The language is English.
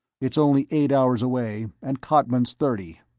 it's only eight hours away, and cottman's thirty.